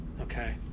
okay